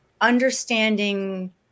understanding